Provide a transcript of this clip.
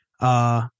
uh